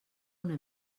una